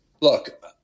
Look